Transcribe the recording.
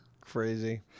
Crazy